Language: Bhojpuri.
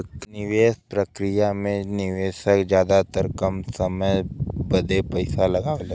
निवेस प्रक्रिया मे निवेशक जादातर कम समय बदे पइसा लगावेला